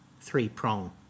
Three-prong